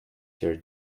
your